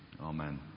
Amen